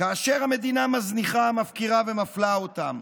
כאשר המדינה מזניחה, מפקירה ומפלה אותם.